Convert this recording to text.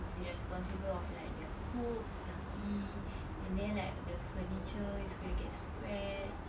be responsible of like their food their pee and then like the furniture is gonna get scretched